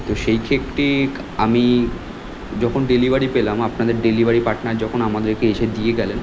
তো সেই কেকটি আমি যখন ডেলিভারি পেলাম আপনাদের ডেলিভারি পার্টনার যখন আমাদেরকে এসে দিয়ে গেলেন